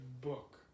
book